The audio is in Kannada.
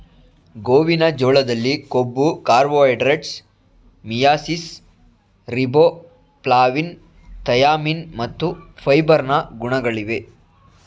ಗೋವಿನ ಜೋಳದಲ್ಲಿ ಕೊಬ್ಬು, ಕಾರ್ಬೋಹೈಡ್ರೇಟ್ಸ್, ಮಿಯಾಸಿಸ್, ರಿಬೋಫ್ಲಾವಿನ್, ಥಯಾಮಿನ್ ಮತ್ತು ಫೈಬರ್ ನ ಗುಣಗಳಿವೆ